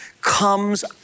comes